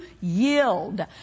yield